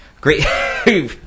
great